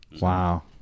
Wow